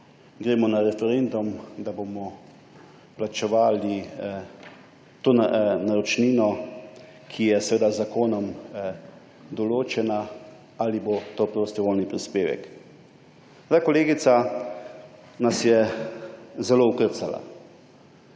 gremo na referendum, da bomo plačevali to naročnino, ki je seveda z zakonom določena, ali bo to prostovoljni prispevek. Kolegica nas je zelo okrcala,